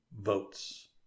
votes